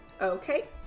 Okay